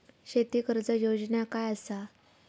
शेती कर्ज योजना काय असा?